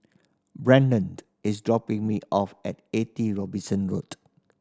is dropping me off at Eighty Robinson Road